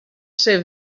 ser